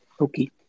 Okay